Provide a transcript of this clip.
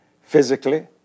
physically